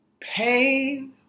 Pain